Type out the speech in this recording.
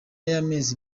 y’amezi